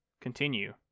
Continue